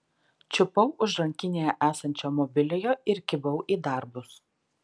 čiupau už rankinėje esančio mobiliojo ir kibau į darbus